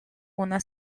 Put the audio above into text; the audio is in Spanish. una